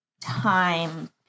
time